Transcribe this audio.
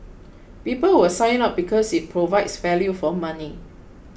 people will sign up because it provides value for money